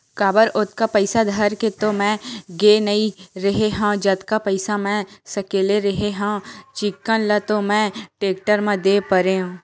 काबर ओतका पइसा धर के तो मैय गे नइ रेहे हव जतका पइसा मै सकले रेहे हव चिक्कन ल तो मैय टेक्टर म दे परेंव